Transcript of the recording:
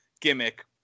gimmick